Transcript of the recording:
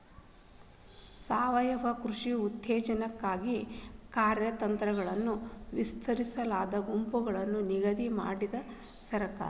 ಸಾವಯವ ಕೃಷಿ ಉತ್ತೇಜನಕ್ಕಾಗಿ ಕಾರ್ಯತಂತ್ರಗಳನ್ನು ವಿಸ್ತೃತವಾದ ಗುಂಪನ್ನು ನಿಗದಿ ಮಾಡಿದೆ ಸರ್ಕಾರ